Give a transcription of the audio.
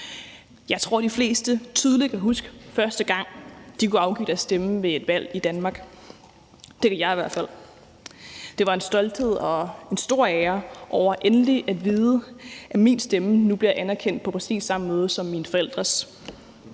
Jeg tror, de fleste tydeligt kan huske, første gang de kunne afgive deres stemme ved et valg i Danmark. Det kan jeg i hvert fald. Det var med en stolthed over det, og det var en stor ære endelig at vide, at min stemme nu blev anerkendt på præcis samme måde som mine forældres